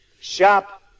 Shop